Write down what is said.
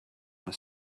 his